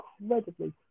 incredibly